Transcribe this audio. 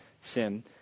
sin